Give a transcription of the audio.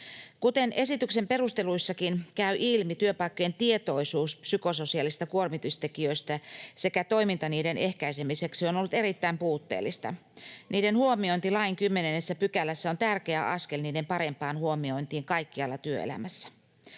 Kuten esityksen perusteluissakin käy ilmi, työpaikkojen tietoisuus psykososiaalisista kuormitustekijöistä sekä toiminta niiden ehkäisemiseksi on ollut erittäin puutteellista. Niiden huomiointi lain 10 §:ssä on tärkeä askel niiden parempaan huomiointiin kaikkialla työelämässä.